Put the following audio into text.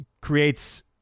creates